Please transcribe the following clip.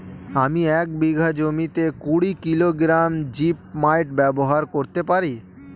আমি এক বিঘা জমিতে কুড়ি কিলোগ্রাম জিপমাইট ব্যবহার করতে পারি?